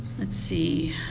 let's see,